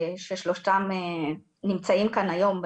ששלושתם נמצאים כאן היום,